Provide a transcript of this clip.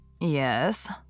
Yes